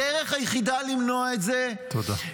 הדרך היחידה למנוע את זה -- תודה.